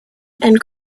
and